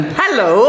hello